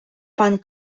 пан